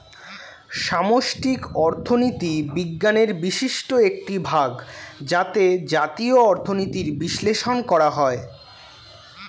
সামষ্টিক অর্থনীতি বিজ্ঞানের বিশিষ্ট একটি ভাগ যাতে জাতীয় অর্থনীতির বিশ্লেষণ করা হয়